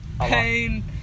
pain